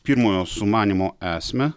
pirmojo sumanymo esmę